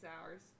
hours